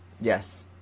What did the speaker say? Yes